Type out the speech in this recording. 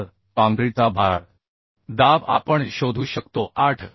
तर काँक्रीटचा भार दाब आपण शोधू शकतो 8